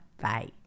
Bye